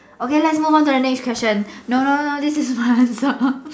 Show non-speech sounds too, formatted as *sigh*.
okay let's move on to the next question okay no no no this is my *laughs* answer